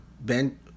Ben